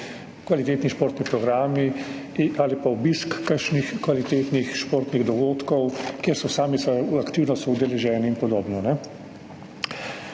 kvalitetni športni programi ali pa obisk kakšnih kvalitetnih športnih dogodkov, kjer so sami aktivno soudeleženi in podobno.